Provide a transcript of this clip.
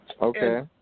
okay